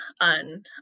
on